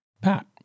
Pat